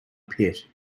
pit